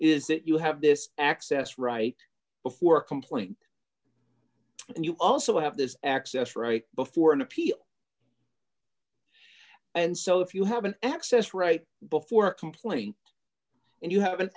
is that you have this access right before a complaint and you also have this access right before an appeal and so if you have an access right before complaining and you have an